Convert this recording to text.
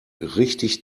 richtig